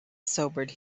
sobered